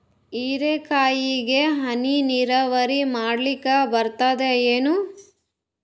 ಹೀರೆಕಾಯಿಗೆ ಹನಿ ನೀರಾವರಿ ಮಾಡ್ಲಿಕ್ ಬರ್ತದ ಏನು?